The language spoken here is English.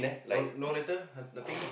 no no letter nothing